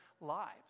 lives